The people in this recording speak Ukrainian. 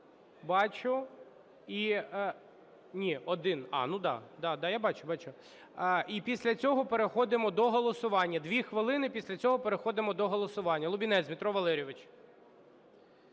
бачу. І після цього переходимо до голосування. 2 хвилини, після цього переходимо до голосування. Лубінець Дмитро Валерійович.